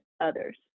others